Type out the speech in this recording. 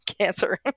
cancer